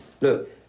Look